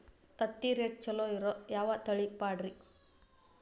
ತತ್ತಿರೇಟ್ ಛಲೋ ಇರೋ ಯಾವ್ ಕೋಳಿ ಪಾಡ್ರೇ?